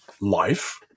life